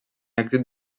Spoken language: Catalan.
èxit